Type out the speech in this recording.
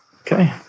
Okay